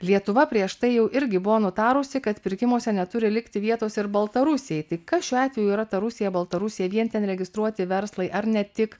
lietuva prieš tai jau irgi buvo nutarusi kad pirkimuose neturi likti vietos ir baltarusijai tai kas šiuo atveju yra ta rusija baltarusija vien ten registruoti verslai ar ne tik